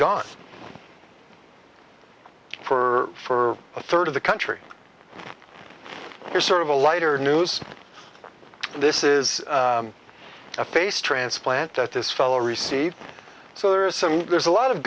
gone for a third of the country you're sort of a lighter news this is a face transplant at this fellow received so there are some there's a lot of